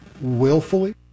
willfully